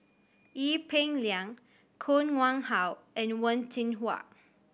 Ee Peng Liang Koh Nguang How and Wen Jinhua